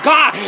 God